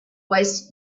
wasted